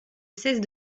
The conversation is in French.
cesse